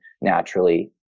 naturally